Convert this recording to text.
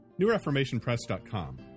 NewReformationPress.com